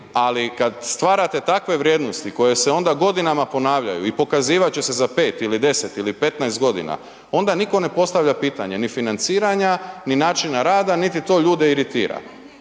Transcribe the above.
ali kad stvarate takve vrijednosti koje se onda godinama ponavljaju i pokazivat će se za 5 li 10 ili 15 g., onda niko ne postavlja pitanje ni financiranja ni načina rada niti to ljude iritira